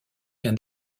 qu’un